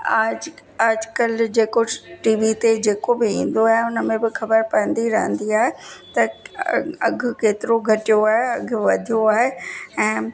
आज अॼुकल जेको T V ते जेको बि ईंदो आहे हुन में बि ख़बर पवंदी रहंदी आहे त अघु केतिरो घटियो आहे अघु वधियो आहे ऐं